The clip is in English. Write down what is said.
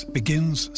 begins